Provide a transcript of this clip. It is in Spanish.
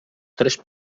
tres